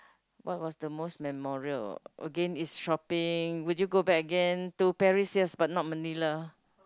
what was the most memorial again it's shopping would you go back again to Paris yes but not Manila